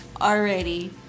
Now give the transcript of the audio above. already